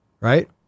right